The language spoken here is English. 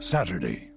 Saturday